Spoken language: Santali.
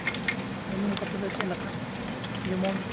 ᱩᱱᱩᱢ ᱠᱟᱛᱮᱫ ᱫᱚ ᱪᱮᱫ ᱞᱮᱠᱟ ᱡᱮᱢᱚᱱ